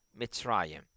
mitzrayim